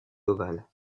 ovale